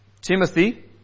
Timothy